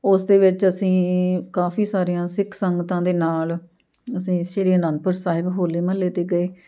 ਉਸ ਦੇ ਵਿੱਚ ਅਸੀਂ ਕਾਫ਼ੀ ਸਾਰੀਆਂ ਸਿੱਖ ਸੰਗਤਾਂ ਦੇ ਨਾਲ ਅਸੀਂ ਇਸ ਸ਼੍ਰੀ ਅਨੰਦਪੁਰ ਸਾਹਿਬ ਹੋਲੇ ਮਹੱਲੇ 'ਤੇ ਗਏ